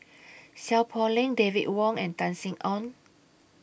Seow Poh Leng David Wong and Tan Sin Aun